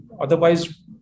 Otherwise